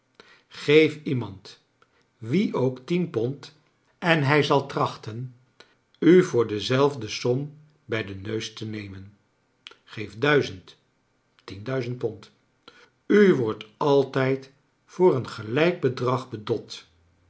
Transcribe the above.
geef iemand wien ook tien pond en hij zal trachten u voor dezelfde som bij den neus te nemen geef duizend tien duizend pond u wordt altijd voor een gelijk bedrag bedot